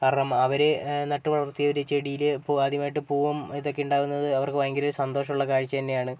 കാരണം അവർ നട്ടു വളർത്തിയ ഒരു ചെടിയിൽ പൂ ആദ്യമായിട്ട് പൂവും ഇതൊക്കെ ഉണ്ടാവുന്നത് അവർക്ക് ഭയങ്കര ഒരു സന്തോഷമുള്ള കാഴ്ച തന്നെയാണ്